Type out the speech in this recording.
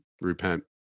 repent